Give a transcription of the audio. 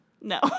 No